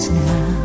now